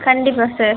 கண்டிப்பாக சார்